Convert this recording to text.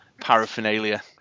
paraphernalia